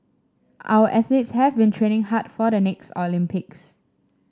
our athletes have been training hard for the next Olympics